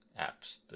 apps